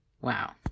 Wow